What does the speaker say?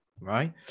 right